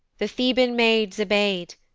the theban maids obey'd,